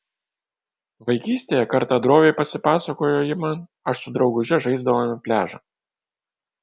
vaikystėje kartą droviai pasipasakojo ji man aš su drauguže žaisdavome pliažą